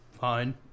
Fine